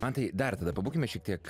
mantai dar tada pabūkime šiek tiek